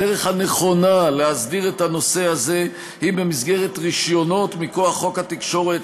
הדרך הנכונה להסדיר את הנושא הזה היא במסגרת רישיונות מכוח חוק התקשורת,